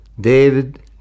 David